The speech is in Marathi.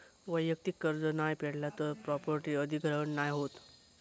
वैयक्तिक कर्ज नाय फेडला तर प्रॉपर्टी अधिग्रहण नाय होत